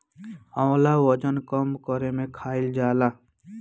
आंवला वजन कम करे में खाईल जाला